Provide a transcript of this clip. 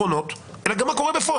העקרונות אלא גם על מה שקורה בפועל.